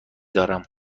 دارم